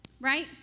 Right